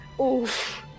Oof